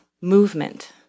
movement